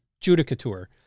judicature